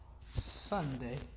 Sunday